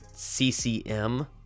ccm